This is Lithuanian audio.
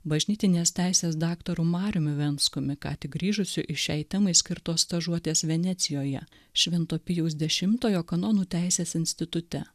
bažnytinės teisės daktaru mariumi venskumi ką tik grįžusiu iš šiai temai skirtos stažuotės venecijoje švento pijaus dešimtojo kanonų teisės institute